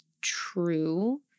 true